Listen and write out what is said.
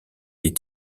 des